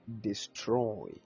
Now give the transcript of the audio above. destroy